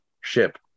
ship